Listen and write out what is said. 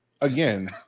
again